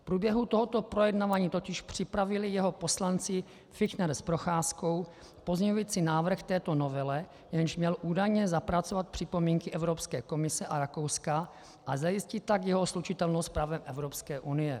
V průběhu tohoto projednávání totiž připravili jeho poslanci Fichtner s Procházkou pozměňovací návrh k této novele, jenž měl údajně zapracovat připomínky Evropské komise a Rakouska a zajistit tak jeho slučitelnost s právem Evropské unie.